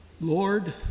Lord